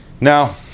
now